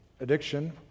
addiction